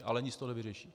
Ale nic to nevyřeší.